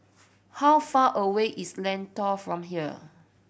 how far away is Lentor from here